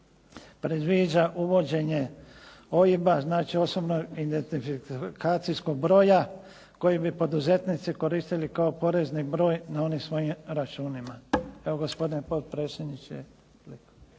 predviđa uvođenje OIB-a, znači osobnog identifikacijskog broja koji bi poduzetnici koristili kao porezni broj na onim svojim računima. Evo, gospodine potpredsjedniče, toliko.